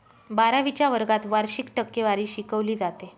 बारावीच्या वर्गात वार्षिक टक्केवारी शिकवली जाते